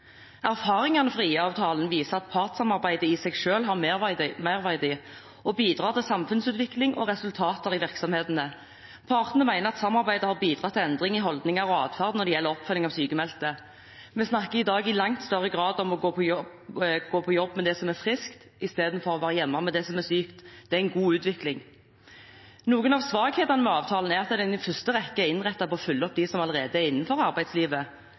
Erfaringene fra IA-avtalen viser at partssamarbeidet i seg selv har merverdi og bidrar til samfunnsutvikling og resultater i virksomhetene. Partene mener at samarbeidet har bidratt til endring i holdninger og atferd når det gjelder oppfølging av sykmeldte. Vi snakker i dag i langt større grad om å gå på jobb med det som er friskt, i stedet for å være hjemme med det som er sykt. Det er en god utvikling. Noen av svakhetene ved avtalen er at den i første rekke er innrettet på å følge opp dem som allerede er innenfor arbeidslivet.